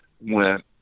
went